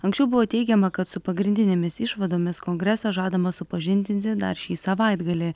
anksčiau buvo teigiama kad su pagrindinėmis išvadomis kongresą žadama supažindinti dar šį savaitgalį